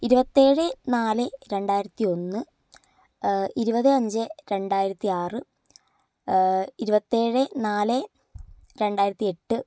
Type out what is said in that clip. ഇരുപത്തിയേഴ് നാല് രണ്ടായിരത്തി ഒന്ന് ഇരുപത് അഞ്ച് രണ്ടായിരത്തിയാറ് ഇരുപത്തിയേഴ് നാല് രണ്ടായിരത്തി എട്ട്